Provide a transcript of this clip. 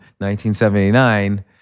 1979